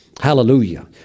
Hallelujah